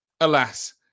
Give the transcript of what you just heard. alas